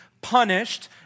punished